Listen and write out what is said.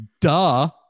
Duh